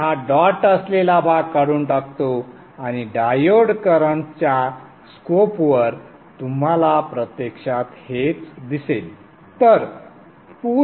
मी हा डॉट असलेला भाग काढून टाकतो आणि डायोड करंट्सच्या स्कोपवर तुम्हाला प्रत्यक्षात हेच दिसेल